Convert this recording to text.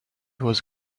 was